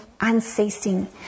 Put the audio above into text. unceasing